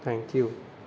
thank you